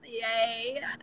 Yay